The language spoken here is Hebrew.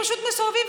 פשוט מסורבים,